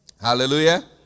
Hallelujah